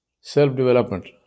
self-development